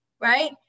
right